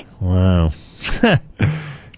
Wow